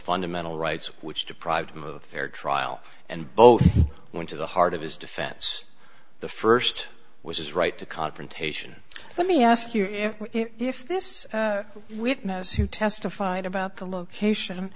fundamental rights which deprived move fair trial and both went to the heart of his defense the first was his right to confrontation let me ask you if if this witness who testified about the location